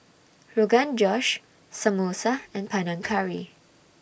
Rogan Josh Samosa and Panang Curry